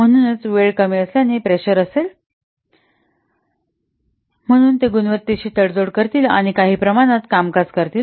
म्हणूनच वेळ कमी असल्याने प्रेशर असेल म्हणून ते गुणवत्तेशी तडजोड करतील आणि काही प्रमाणात कामकाज करतील